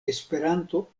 esperanto